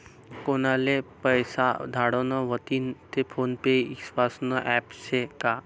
कोनले पैसा धाडना व्हतीन ते फोन पे ईस्वासनं ॲप शे का?